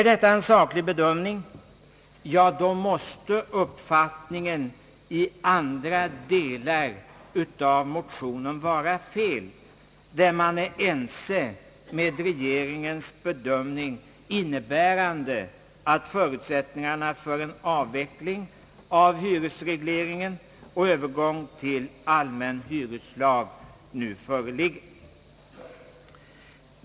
Är detta en saklig bedömning, ja, då måste uppfattningen vara felaktig i andra delar av motionerna, där man är ense med regeringens bedömning, in nebärande att förutsättningarna för en avveckling av hyresregleringen och övergång till allmän hyreslag nu föreligger.